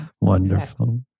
Wonderful